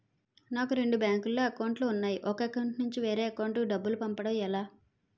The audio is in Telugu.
నాకు రెండు బ్యాంక్ లో లో అకౌంట్ లు ఉన్నాయి ఒక అకౌంట్ నుంచి వేరే అకౌంట్ కు డబ్బు పంపడం ఎలా?